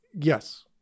Yes